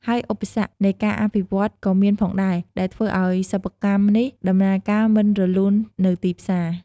ហើយឧបសគ្គ នៃការអភិវឌ្ឍន៍ ក៏មានផងដែរ ដែលធ្វើអោយសិប្បកម្មនេះ ដំណើរការមិនរលូននៅទីផ្សារ។